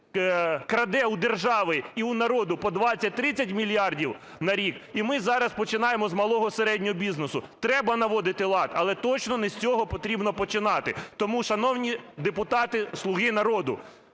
краде у держави і у народу по 20-30 мільярдів на рік і ми зараз починаємо з малого, середнього бізнесу. Треба наводити лад, але точно не з цього потрібно починати. Тому, шановні депутати "Слуги народу",